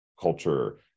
culture